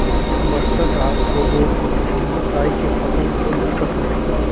बस्तर डहर कोदो, कुटकी, राई के फसल घलोक बिकट होथे